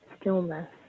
stillness